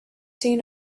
seen